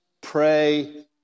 pray